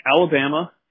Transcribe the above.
Alabama